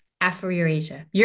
Afro-Eurasia